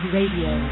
Radio